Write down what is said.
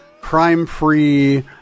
crime-free